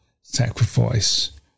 sacrifice